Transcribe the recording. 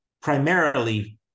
primarily